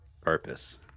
purpose